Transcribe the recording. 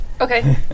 Okay